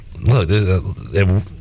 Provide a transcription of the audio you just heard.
Look